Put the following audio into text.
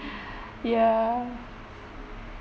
ya